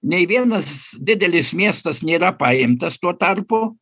nei vienas didelis miestas nėra paimtas tuo tarpu